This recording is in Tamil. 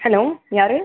ஹலோ யார்